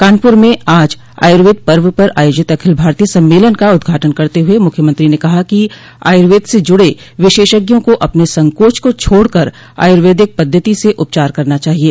कानपुर में आज आयुर्वेद पर्व पर आयोजित अखिल भारतीय सम्मेलन का उद्घाटन करते हुए मुख्यमंत्री ने कहा कि आयुर्वेद से जुड़े विशेषज्ञों को अपने संकोच को छोड़ कर आयर्वेदिक पद्वति से उपचार करना चाहिये